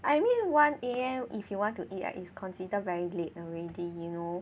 I mean one A_M if you want to eat ah is consider very late already you know